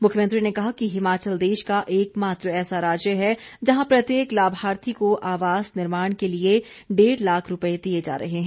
मुख्यमंत्री ने कहा कि हिमाचल देश का एक मात्र ऐसा राज्य है जहां प्रत्येक लाभार्थी को आवास निर्माण के लिए डेढ़ लाख रूपए दिए जा रहे हैं